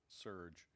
surge